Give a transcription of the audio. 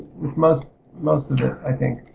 with most most of it, i think,